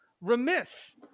remiss